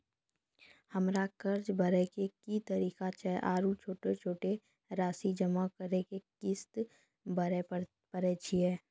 हमरा कर्ज भरे के की तरीका छै आरू छोटो छोटो रासि जमा करि के किस्त भरे पारे छियै?